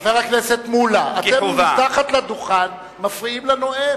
חבר הכנסת מולה, אתם מתחת לדוכן מפריעים לנואם,